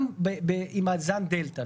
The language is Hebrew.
גם עם זן דלתא,